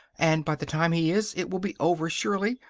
and by the time he is it will be over. surely.